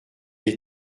est